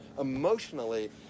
emotionally